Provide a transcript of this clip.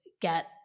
get